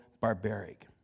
barbaric